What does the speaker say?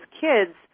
kids